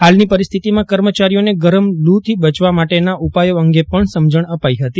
હાલની પરિસ્થિતિમાં કર્મચારીઓને ગરમ લૂથી બચવા માટેના ઉપાયો અંગે પણ સમજણ અપાઇ હતી